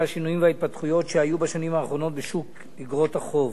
השינויים וההתפתחויות שהיו בשנים האחרונות בשוק איגרות החוב.